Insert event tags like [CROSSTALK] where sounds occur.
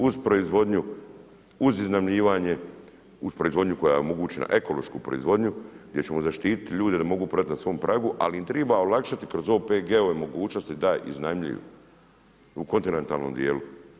Uz proizvodnju, uz iznajmljivanje, uz proizvodnju koja je omogućena, ekološku proizvodnju, gdje ćemo zaštiti ljude da mogu ... [UNINTELLIGIBLE] na svom pragu, ali im treba olakšati kroz OPG-ove mogućnosti da iznajmljuju u kontinentalnom dijelu.